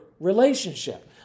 relationship